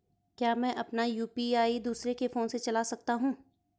क्या मैं अपना यु.पी.आई दूसरे के फोन से चला सकता हूँ?